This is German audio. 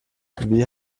wie